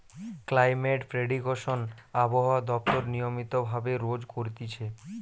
climate prediction আবহাওয়া দপ্তর নিয়মিত ভাবে রোজ করতিছে